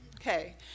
Okay